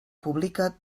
publica